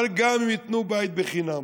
אבל גם אם ייתנו בית בחינם